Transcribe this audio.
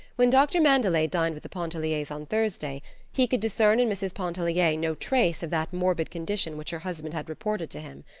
when doctor mandelet dined with the pontelliers on thursday he could discern in mrs. pontellier no trace of that morbid condition which her husband had reported to him.